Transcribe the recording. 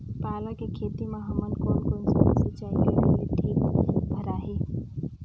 पाला के खेती मां हमन कोन कोन समय सिंचाई करेले ठीक भराही?